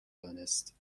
دانست